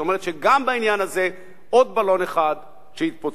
זאת אומרת שגם בעניין הזה עוד בלון אחד התפוצץ.